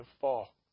fall